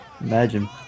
imagine